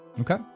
Okay